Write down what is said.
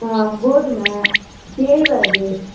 கோதுமை கேழ்வரகு